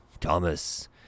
Thomas